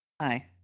Hi